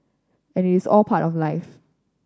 and it's all part of life